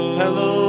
hello